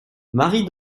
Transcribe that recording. marie